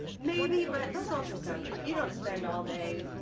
maybe but those ultrasounds if you don't spend all day,